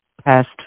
past